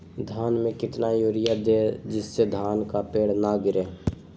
धान में कितना यूरिया दे जिससे धान का पेड़ ना गिरे?